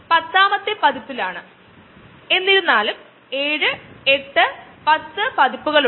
അതിനാൽ തെറാപ്പിക്ക് ആവശ്യമായ കൂടുതൽ അളവിൽ MAb എങ്ങനെ ഉത്പാദിപ്പിക്കും